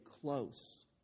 close